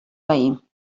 veí